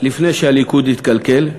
לפני שהליכוד התקלקל,